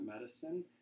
medicine